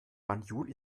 banjul